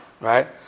right